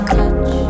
touch